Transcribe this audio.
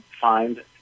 find